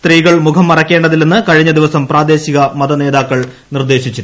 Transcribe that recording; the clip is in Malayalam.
സ്ത്രീകൾ മുഖം മറയ്ക്കേണ്ടതില്ലെന്ന് കഴിഞ്ഞ ദിവസം പ്രാദേശിക മതനേതാക്കൾ നിർദ്ദേശിച്ചിരുന്നു